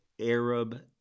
Arab